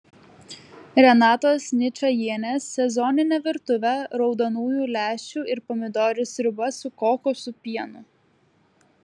renatos ničajienės sezoninė virtuvė raudonųjų lęšių ir pomidorų sriuba su kokosų pienu